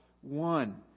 one